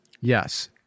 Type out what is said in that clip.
Yes